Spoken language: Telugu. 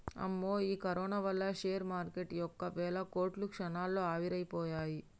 అమ్మో ఈ కరోనా వల్ల షేర్ మార్కెటు యొక్క వేల కోట్లు క్షణాల్లో ఆవిరైపోయాయి